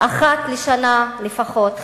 אחת לשנה לפחות,